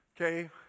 Okay